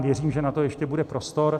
Věřím, že na to ještě bude prostor.